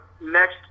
next